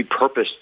repurposed